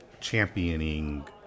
championing